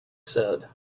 said